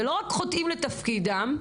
ולא רק חוטאים לתפקידם,